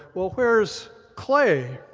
well, where is clay?